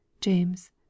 JAMES